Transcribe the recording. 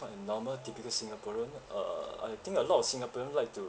quite a normal typical singaporean uh I think a lot of singaporean like to